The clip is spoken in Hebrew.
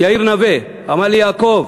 יאיר נוה, אמר לי: יעקב,